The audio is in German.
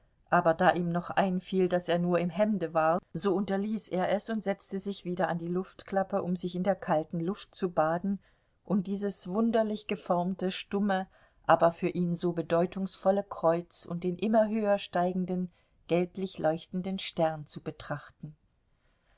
aber da ihm noch einfiel daß er nur im hemde war so unterließ er es und setzte sich wieder an die luftklappe um sich in der kalten luft zu baden und dieses wunderlich geformte stumme aber für ihn so bedeutungsvolle kreuz und den immer höher steigenden gelblich leuchtenden stern zu betrachten